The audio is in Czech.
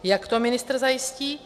Jak to ministr zajistí?